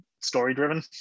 story-driven